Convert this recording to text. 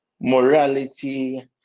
Morality